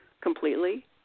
completely